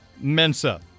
Mensa